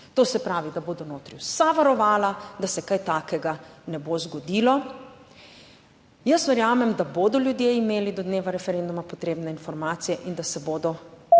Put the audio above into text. To se pravi, da bodo notri vsa varovala, da se kaj takega ne bo zgodilo. Jaz verjamem, da bodo ljudje imeli do dneva referenduma potrebne informacije in da se bodo